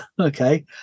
okay